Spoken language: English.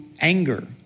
anger